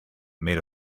made